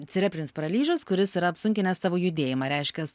cerebrinis paralyžius kuris yra apsunkinęs tavo judėjimą reiškias